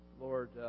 Lord